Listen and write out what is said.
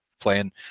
playing